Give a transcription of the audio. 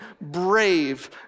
brave